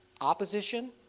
Opposition